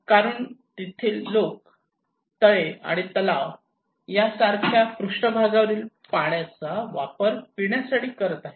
कारण तेथील लोक तळे आणि तलाव यासारख्या पृष्ठभागावरील पाण्याचा वापर पिण्यासाठी करत आहेत